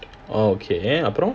orh okay அப்புறம்:appuram